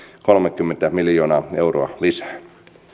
kolmekymmentä miljoonaa euroa lisää